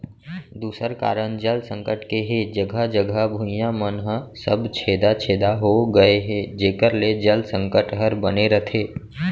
दूसर कारन जल संकट के हे जघा जघा भुइयां मन ह सब छेदा छेदा हो गए हे जेकर ले जल संकट हर बने रथे